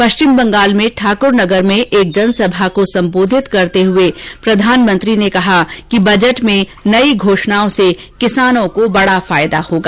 पश्चिम बंगाल में ठाक्रनगर में एक जनसभा को संबोधित करते हुए प्रधानमंत्री ने कहा कि बजट में नई घोषणाओं से किसानों को बड़ा फायदा होगा